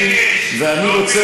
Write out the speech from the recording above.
אנחנו לא רוצים פילגש.